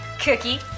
Cookie